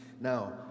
Now